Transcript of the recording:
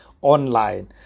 online